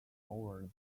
over